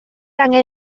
angen